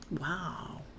wow